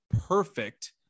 perfect